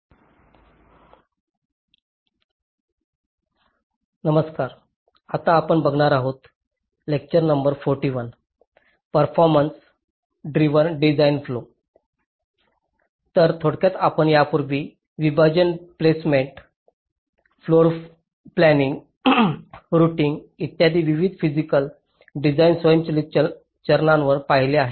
तर थोडक्यात आपण यापूर्वी विभाजन प्लेसमेंट फ्लोरप्लानिंग रूटिंग इत्यादी विविध फिसिकल डिझाइन स्वयंचलित चरणांवर पाहिले आहे